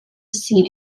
seen